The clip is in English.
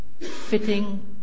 fitting